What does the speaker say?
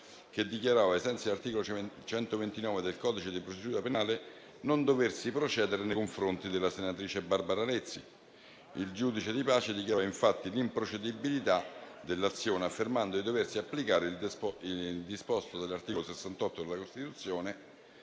che dichiarava, ai sensi dell'articolo 129 del codice di procedura penale, di non doversi procedere nei confronti della senatrice Barbara Lezzi. Il giudice di pace dichiarò infatti l'improcedibilità dell'azione, affermando di doversi applicare il disposto dell'articolo 68 della Costituzione,